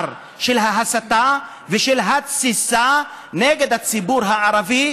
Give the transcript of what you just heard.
של ההסתה ושל התסיסה נגד הציבור הערבי,